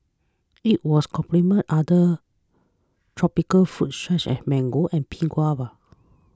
it was complements other tropical fruit such as mango and pink guava